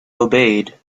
obeyed